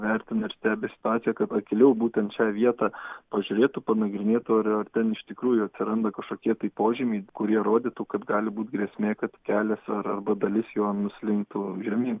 vertina ir stebi situaciją kad akyliau būtent šią vietą pažiūrėtų panagrinėtų ar ar ten iš tikrųjų atsiranda kažkokie tai požymiai kurie rodytų kad gali būt grėsmė kad kelias ar arba dalis jo nuslinktų žemyn